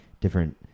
different